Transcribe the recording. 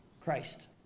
Christ